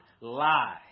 lie